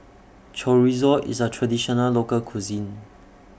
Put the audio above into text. Chorizo IS A Traditional Local Cuisine